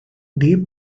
deep